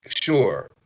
Sure